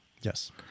Yes